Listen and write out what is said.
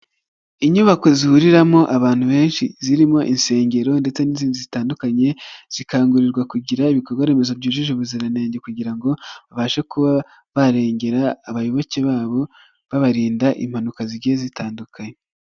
Inyubako zihuriramo abantu benshi zirimo insengero ndetse n'izindi zitandukanye, zikangurirwa kugira ibikorwaremezo byujuje ubuziranenge kugira ngo babashe kuba barengera abayoboke babo, babarinda impanuka zigiye zitandukanye.